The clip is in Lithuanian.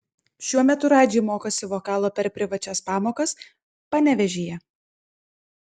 šiuo metu radži mokosi vokalo per privačias pamokas panevėžyje